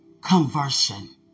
conversion